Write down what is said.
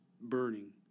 burning